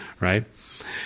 right